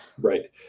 Right